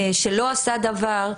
שלא עשה דבר,